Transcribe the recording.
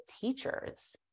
teachers